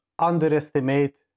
underestimate